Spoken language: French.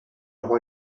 roi